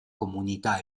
comunità